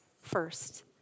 first